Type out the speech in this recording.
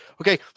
Okay